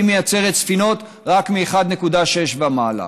מייצרת ספינות רק מ-1.6 ומעלה.